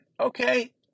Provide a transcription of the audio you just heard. okay